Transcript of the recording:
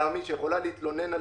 שיכולה להתלונן על